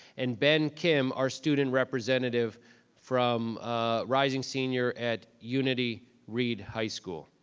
and ben kim, our student representative from rising senior at unity reed high school.